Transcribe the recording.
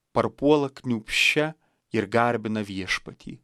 parpuola kniūpsčia ir garbina viešpatį